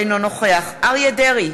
אינו נוכח אריה דרעי,